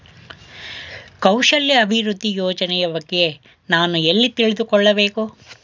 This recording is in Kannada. ಕೌಶಲ್ಯ ಅಭಿವೃದ್ಧಿ ಯೋಜನೆಯ ಬಗ್ಗೆ ನಾನು ಎಲ್ಲಿ ತಿಳಿದುಕೊಳ್ಳಬೇಕು?